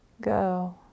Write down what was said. go